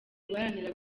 guharanira